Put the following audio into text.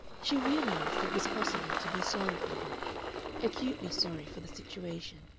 she realized it was possible to be sorry for him acutely sorry for the situation.